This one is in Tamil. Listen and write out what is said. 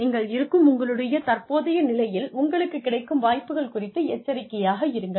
நீங்கள் இருக்கும் உங்களுடைய தற்போதைய நிலையில் உங்களுக்குக் கிடைக்கும் வாய்ப்புகள் குறித்து எச்சரிக்கையாக இருங்கள்